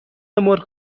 مرغ